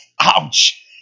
Ouch